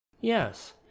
Yes